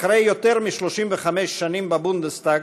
אחרי יותר מ-35 שנים בבונדסטאג,